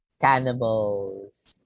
cannibals